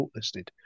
shortlisted